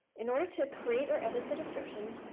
in order to create or edit the description,